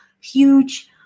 huge